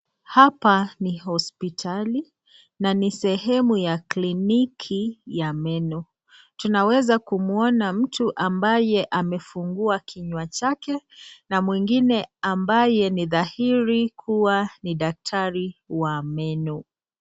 Hapa ni hospitali na ni sehemu ya kliniki ya meno, na tunaweza kuona mtu ambaye amefungua kinywa chake na mwingine ambaye ni dhahiri kuwa ni daktari wa meno.